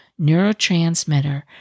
neurotransmitter